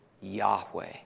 Yahweh